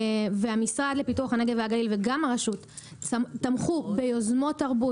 המשרד לפיתוח הנגב והגליל וגם הרשות תמכו ביוזמות תרבות,